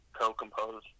co-compose